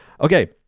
Okay